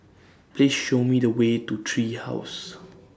Please Show Me The Way to Tree House